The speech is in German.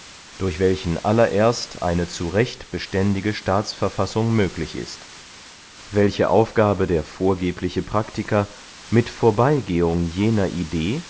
durch welchen allererst eine zu recht beständige staatsverfassung möglich ist welche aufgabe der vorgebliche praktiker mit vorbeygehung jener idee